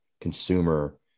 consumer